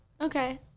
Okay